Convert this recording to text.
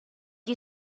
you